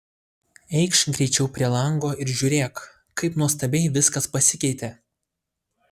eikš greičiau prie lango ir žiūrėk kaip nuostabiai viskas pasikeitė